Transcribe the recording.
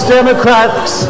Democrats